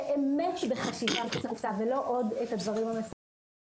באמת בחשיבה מחוץ לקופסא ולא עוד את הדברים המסורתיים,